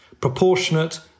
proportionate